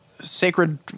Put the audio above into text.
sacred